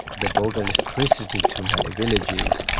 they brought electricity to many villages.